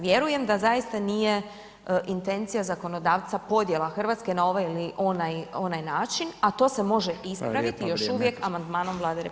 Vjerujem da zaista nije intencija zakonodavca podjela Hrvatske na ovaj ili onaj način, a to se može ispraviti [[Upadica: Hvala lijepo, vrijeme.]] još uvijek amandmanom Vlade RH.